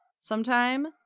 sometime